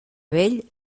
vell